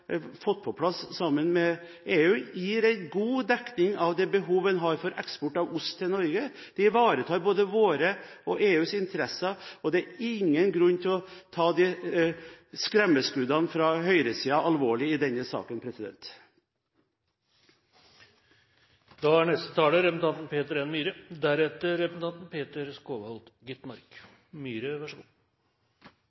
fått på plass sammen med EU, gir en god dekning av behovet man har for eksport av ost til Norge. Det ivaretar både våre og EUs interesser, og det er ingen grunn til å ta skremmeskuddene fra høyresiden alvorlig i denne saken.